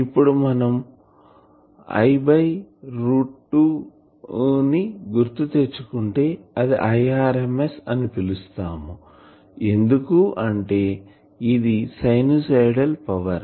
ఇప్పుడు మనం I by root 2 ని గుర్తు తెచ్చుకుంటే అది Irms అని పిలుస్తాము ఎందుకు అంటే ఇది సైనుసోయిడల్ పవర్